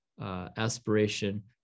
aspiration